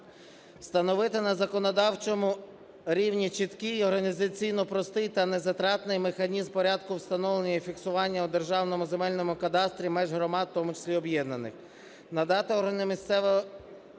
Встановити на законодавчому рівні чіткий організаційно простий та незатратний механізм порядку встановлення і фіксування у Державному земельному кадастрі меж громад, в тому числі об'єднаних.